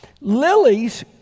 Lilies